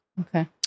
Okay